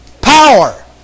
power